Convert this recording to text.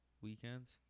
weekends